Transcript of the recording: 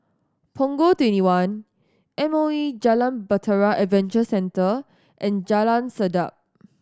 Punggol Twenty one M O E Jalan Bahtera Adventure Centre and Jalan Sedap